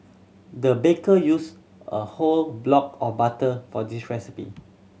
the baker use a whole block of butter for this recipe